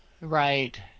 right